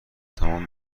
تمام